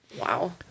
Wow